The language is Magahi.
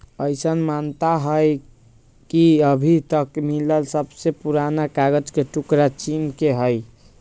अईसन मानता हई कि अभी तक मिलल सबसे पुरान कागज के टुकरा चीन के हई